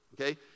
okay